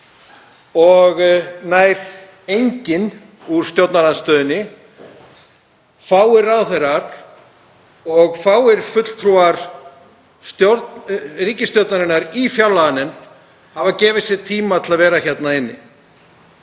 og nær enginn úr stjórnarliðinu, fáir ráðherrar og fáir fulltrúar ríkisstjórnarinnar í fjárlaganefnd, hafa gefið sér tíma til að vera hérna inni.